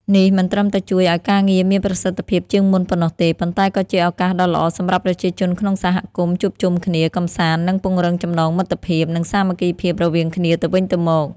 នេះមិនត្រឹមតែជួយឲ្យការងារមានប្រសិទ្ធភាពជាងមុនប៉ុណ្ណោះទេ ប៉ុន្តែក៏ជាឱកាសដ៏ល្អសម្រាប់ប្រជាជនក្នុងសហគមន៍ជួបជុំគ្នា កម្សាន្ត និងពង្រឹងចំណងមិត្តភាព និងសាមគ្គីភាពរវាងគ្នាទៅវិញទៅមក។